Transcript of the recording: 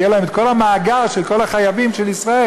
יהיה להן כל המאגר של כל החייבים של ישראל.